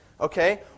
Okay